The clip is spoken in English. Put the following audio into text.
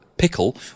pickle